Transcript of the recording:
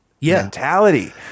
mentality